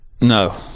No